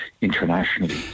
internationally